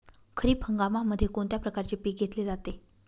खरीप हंगामामध्ये कोणत्या प्रकारचे पीक घेतले जाते?